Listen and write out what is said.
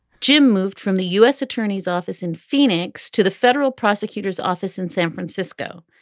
jim moved from the u s. attorney's office in phoenix to the federal prosecutor's office in san francisco,